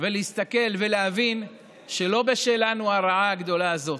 ולהסתכל ולהבין שלא בשלנו הרעה הגדולה הזאת.